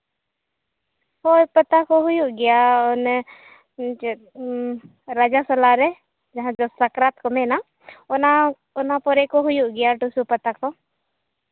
ᱦᱳᱭ ᱯᱟᱛᱟ ᱠᱚ ᱦᱩᱭᱩᱜ ᱜᱮᱭᱟ ᱚᱱᱮ ᱪᱮᱫ ᱨᱟᱡᱟ ᱥᱟᱞᱟ ᱨᱮ ᱡᱟᱦᱟᱸ ᱫᱚ ᱥᱟᱠᱨᱟᱛ ᱠᱚ ᱢᱮᱱᱟ ᱚᱱᱟ ᱚᱱᱟ ᱯᱚᱨᱮ ᱠᱚ ᱦᱩᱭᱩᱜ ᱜᱮᱭᱟ ᱴᱩᱥᱩ ᱯᱟᱛᱟ ᱠᱚ